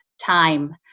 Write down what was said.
time